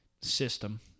system